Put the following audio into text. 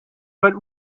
but